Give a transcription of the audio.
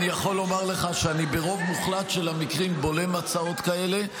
אני יכול לומר לך שאני ברוב מוחלט של המקרים בולם הצעות כאלה.